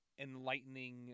enlightening